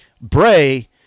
Bray